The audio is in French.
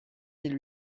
mille